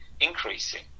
increasing